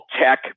Tech